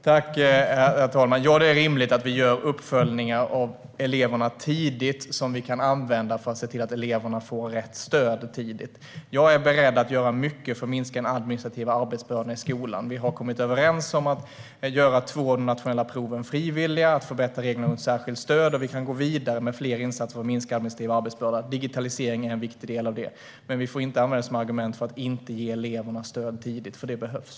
Herr talman! Ja, det är rimligt att vi gör uppföljningar av eleverna tidigt, så att vi kan använda resultatet för att se till att eleverna får rätt stöd tidigt. Jag är beredd att göra mycket för att minska den administrativa arbetsbördan i skolan. Vi har kommit överens om att göra två av de nationella proven frivilliga och att förbättra reglerna för särskilt stöd. Vi kan gå vidare med fler insatser för att minska den administrativa arbetsbördan. Digitalisering är en viktig del av det. Men vi får inte använda det som argument för att inte ge eleverna stöd tidigt, för det behövs.